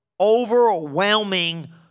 overwhelming